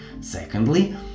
Secondly